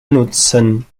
nutzen